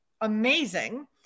amazing